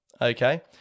okay